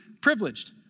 privileged